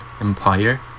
Empire